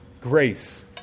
Grace